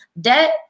debt